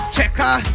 Checker